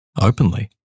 openly